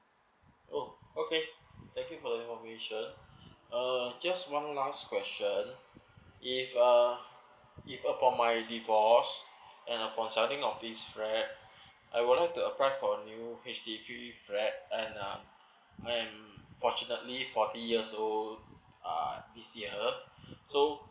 oh okay thank you for the information uh just one last question if uh if uh upon my divorce and upon of this flat I would like to apply for new H_D_B flat and uh I'm fortunately forty years old uh this year so